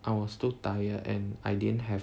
I was so tired and I didn't have